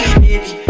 baby